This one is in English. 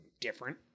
different